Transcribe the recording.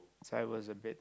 so I was a bit